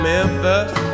Memphis